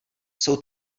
jsou